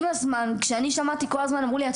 כל הזמן אמרו לי,